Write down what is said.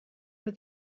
with